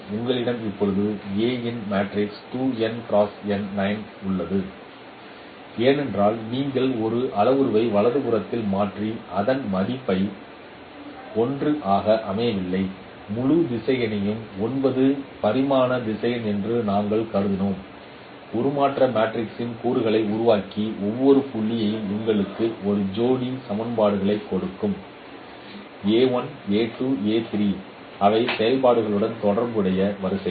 உங்களிடம் இப்போது A இன் பரிமாணம் உள்ளது ஏனென்றால் நீங்கள் ஒரு அளவுருவை வலது புறத்தில் மாற்றி அதன் மதிப்பை 1 ஆக அமைக்கவில்லை முழு திசையனையும் 9 பரிமாண திசையன் என்று நாங்கள் கருதினோம் உருமாற்ற மேட்ரிக்ஸின் கூறுகளை உருவாக்கி ஒவ்வொரு புள்ளியும் உங்களுக்கு ஒரு ஜோடி சமன்பாடுகளை கொடுங்கள் A1 A2 A3 அவை சமன்பாடுகளுடன் தொடர்புடைய வரிசைகள்